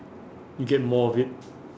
you get more of it